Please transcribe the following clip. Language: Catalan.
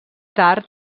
tard